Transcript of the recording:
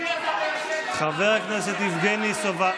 חבר הכנסת יבגני סובה.